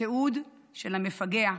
תיעוד של המפגע.